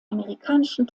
amerikanischen